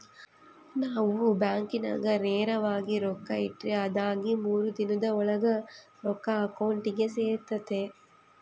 ನಾವು ಬ್ಯಾಂಕಿನಾಗ ನೇರವಾಗಿ ರೊಕ್ಕ ಇಟ್ರ ಅದಾಗಿ ಮೂರು ದಿನುದ್ ಓಳಾಗ ರೊಕ್ಕ ಅಕೌಂಟಿಗೆ ಸೇರ್ತತೆ